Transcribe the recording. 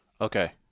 Okay